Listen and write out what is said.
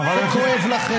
וכואב לכם.